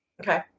Okay